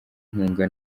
inkunga